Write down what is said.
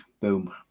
Boom